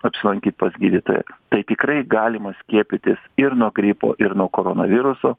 apsilankyt pas gydytoją tai tikrai galima skiepytis ir nuo gripo ir nuo koronaviruso